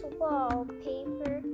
wallpaper